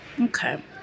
Okay